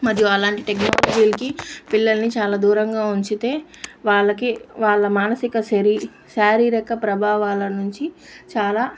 మరియు అలాంటి టెక్నాలజీల్కి పిల్లల్ని చాలా దూరంగా ఉంచితే వాళ్ళకి వాళ్ళ మానసిక శరీ శారీరక ప్రభావాల నుంచి చాలా